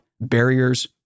barriers